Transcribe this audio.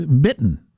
bitten